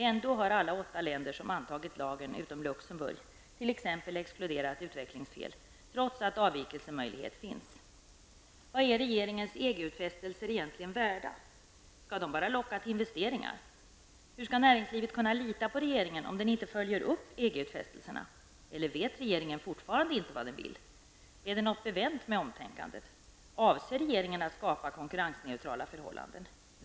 Ändå har alla de åtta länder utom Luxemburg som har antagit lagen t.ex.exkluderat utvecklingsfel trots att avvikelsemöjlighet finns. Vad är regeringens EG-utfästelser egentligen värda? Skall de bara locka till investeringar? Hur skall näringslivet kunna lita på regeringen om den inte följer upp EG-utfästelserna? Eller vet regeringen fortfarande inte vad den vill? Är det något bevänt med omtänkandet, avser regeringen att skapa konkurrensneutrala förhållanden?